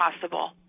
possible